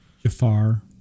Jafar